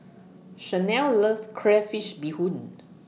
Shanell loves Crayfish Beehoon